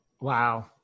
Wow